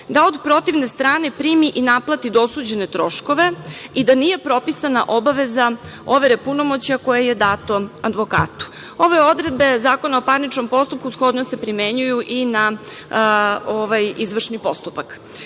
da od protivne strane primi i naplati dosuđene troškove i da nije propisana obaveza overe punomoćja koje je dato advokatu. Ove odredbe Zakona o parničnom postupku shodno se primenjuju i na izvršni postupak. Zaključak